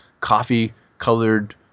coffee-colored